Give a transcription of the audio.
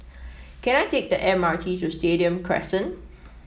can I take the M R T to Stadium Crescent